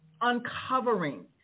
uncovering